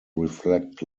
reflect